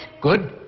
good